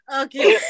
okay